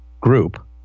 group